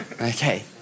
Okay